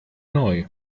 neu